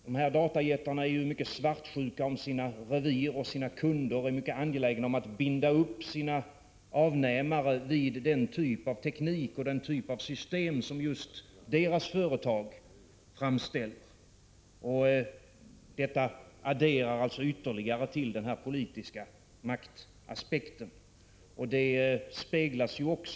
Dessa datajättar är mycket svartsjuka i fråga om sina revir och sina kunder och är mycket angelägna om att binda upp sina avnämare vid den typ av teknik och system som just deras företag framställer. Detta adderar alltså ytterligare till den politiska maktaspekten.